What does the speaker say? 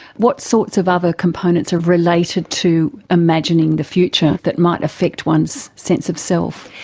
what sorts of other components are related to imagining the future that might affect one's sense of self?